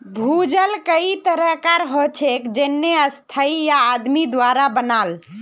भूजल कई तरह कार हछेक जेन्ने स्थाई या आदमी द्वारा बनाल